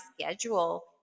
schedule